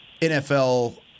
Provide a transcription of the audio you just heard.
NFL